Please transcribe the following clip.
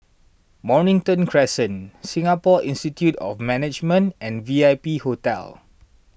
Mornington Crescent Singapore Institute of Management and V I P Hotel